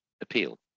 appeal